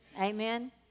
Amen